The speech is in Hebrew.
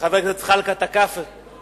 וחבר הכנסת זחאלקה תקף את זה,